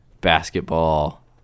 basketball